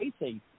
racing